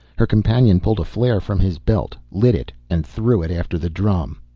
her companion pulled a flare from his belt, lit it, and threw it after the drum.